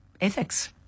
ethics